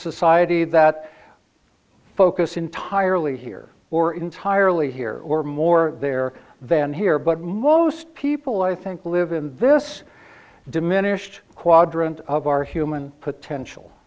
society that focus entirely here or entirely here or more there than here but most people i think live in this diminished quadrant of our human potential